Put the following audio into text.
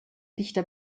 dichter